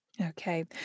Okay